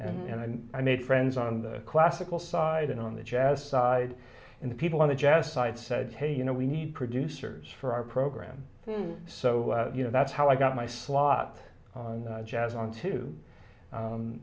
and i made friends on the classical side and on the jazz side and the people on the jazz side said hey you know we need producers for our program so you know that's how i got my slot on the jazz on two